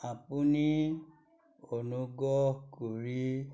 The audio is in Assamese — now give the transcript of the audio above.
আপুনি অনুগ্ৰহ কৰি